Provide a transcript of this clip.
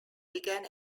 began